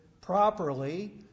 properly